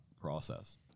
process